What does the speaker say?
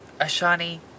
Ashani